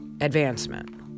advancement